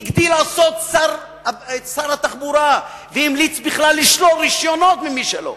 הגדיל לעשות שר התחבורה והמליץ בכלל לשלול רשיונות ממי שלא.